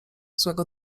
złego